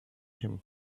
him